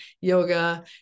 yoga